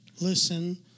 listen